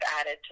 added